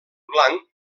blanc